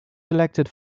selected